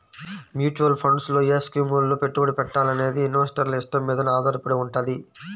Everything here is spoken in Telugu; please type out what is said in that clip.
మ్యూచువల్ ఫండ్స్ లో ఏ స్కీముల్లో పెట్టుబడి పెట్టాలనేది ఇన్వెస్టర్ల ఇష్టం మీదనే ఆధారపడి వుంటది